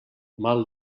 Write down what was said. mal